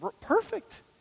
perfect